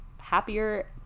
happier